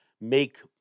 make